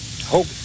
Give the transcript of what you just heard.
Hope